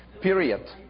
period